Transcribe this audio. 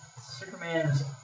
Superman's